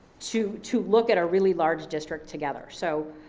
to to look at a really large district together. so